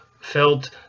felt